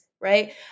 right